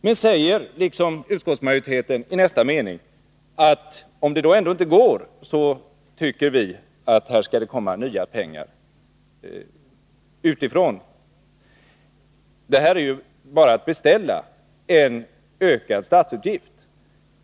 Men liksom utskottsmajoriteten säger Arne Gadd i nästa mening att det, om detta inte går, skall komma till pengar från annat håll. Detta är ju bara att beställa en ökad statsutgift.